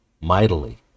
mightily